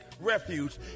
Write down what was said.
refuge